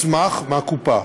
מסמך, מהקופה.